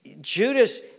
Judas